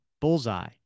bullseye